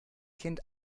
kind